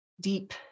deep